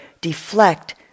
deflect